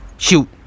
Shoot